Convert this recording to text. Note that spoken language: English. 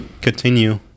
continue